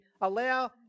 allow